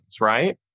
right